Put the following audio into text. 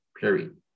period